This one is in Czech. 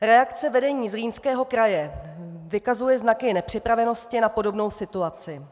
Reakce vedení Zlínského kraje vykazuje znaky nepřipravenosti na podobnou situaci.